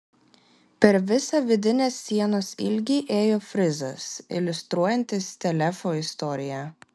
per visą vidinės sienos ilgį ėjo frizas iliustruojantis telefo istoriją